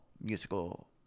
musical